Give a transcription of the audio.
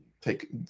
take